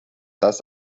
das